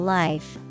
life